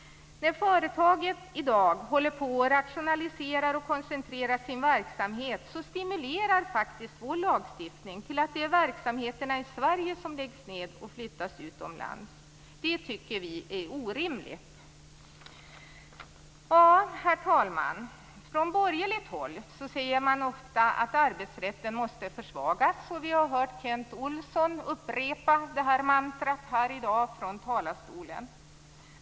När företag i dag håller på att rationalisera och koncentrera sin verksamhet stimulerar vår lagstiftning till att lägga ned verksamheterna i Sverige och flytta utomlands. Vi tycker att det är orimligt. Herr talman! Från borgerligt håll säger man ofta att arbetsrätten måste försvagas. Vi har hört Kent Olsson upprepa det mantrat från talarstolen här i dag.